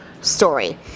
story